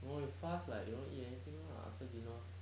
no you fast like you don't eat anything lah after dinner